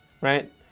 Right